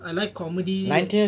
I like comedy